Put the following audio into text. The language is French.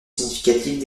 significative